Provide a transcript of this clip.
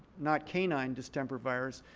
not canine distemper virus.